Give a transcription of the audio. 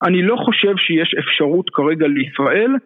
אני לא חושב שיש אפשרות כרגע לישראל